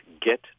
get